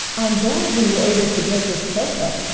i'm glad we were able to get this sofa,